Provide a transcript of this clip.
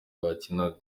bakinaga